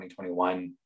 2021